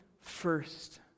first